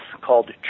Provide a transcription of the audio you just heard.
called